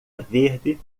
verde